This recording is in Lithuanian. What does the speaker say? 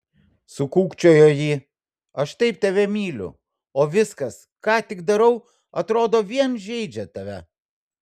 sukūkčiojo ji aš taip tave myliu o viskas ką tik darau atrodo vien žeidžia tave